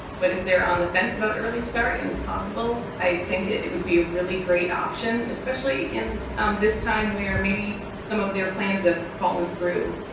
but if they're on the fence about early start and it's possible, i think it would be a really great option, especially in um this time where maybe some of their plans have fallen through.